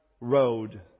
road